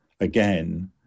again